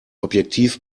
objektiv